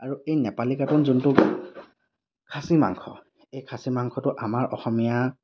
আৰু এই নেপালী কাটন যোনটো খাচী মাংস এই খাচী মাংসটো আমাৰ অসমীয়া